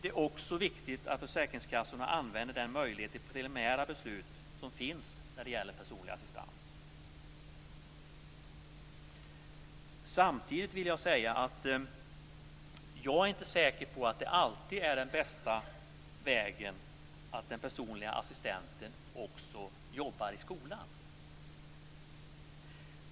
Det är också viktigt att försäkringskassorna använder den möjlighet till preliminära beslut som finns när det gäller personlig assistans. Samtidigt vill jag säga att jag inte är säker på att det alltid är den bästa vägen att den personliga assistenten också jobbar i skolan.